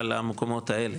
על המקומות האלה,